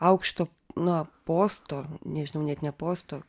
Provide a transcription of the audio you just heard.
aukšto na posto nežinau net ne posto